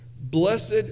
blessed